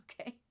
okay